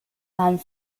and